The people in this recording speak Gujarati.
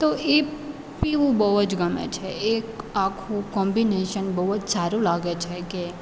તો એ પીવી બહુ જ ગમે છે એક આખો કોમ્બીનેશન બહુ જ સારું લાગે છે કે